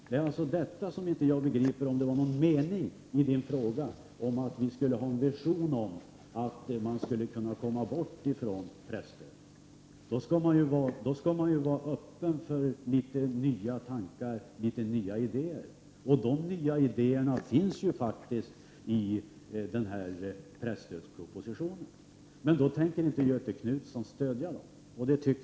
Mot den bakgrunden begriper jag alltså inte vad som är meningen med Göthe Knutsons fråga om vår vision när det gäller att komma bort från pressstödet. Då skall man väl vara öppen för litet nya tankar och idéer, och nya idéer presenteras faktiskt i presstödspropositionen. Men Göthe Knutson tänker inte stödja dem, och det är synd.